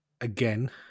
again